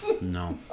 no